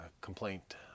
complaint